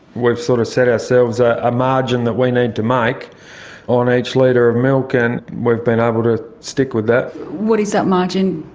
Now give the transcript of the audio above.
we've sort of set ourselves a ah margin that we need to make on each litre of milk and we've been able to stick with that. what is that margin?